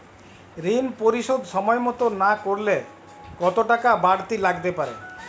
ঋন পরিশোধ সময় মতো না করলে কতো টাকা বারতি লাগতে পারে?